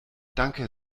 danke